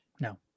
No